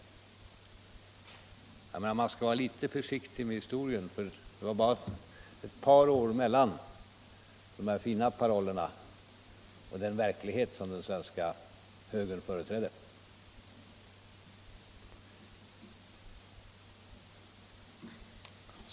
Jag menar: Man skall vara litet försiktig med historien, för det var bara ett par år mellan de här fina parollerna och den verklighet som den svenska högern företrädde.